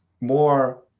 more